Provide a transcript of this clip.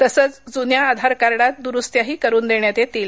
तसंच जुन्या आधारकार्डात द्रुस्त्याही करून देण्यात येतील